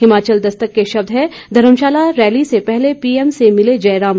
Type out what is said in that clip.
हिमाचल दस्तक के शब्द हैं धर्मशाला रैली से पहले पीएम से मिले जयराम